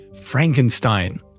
Frankenstein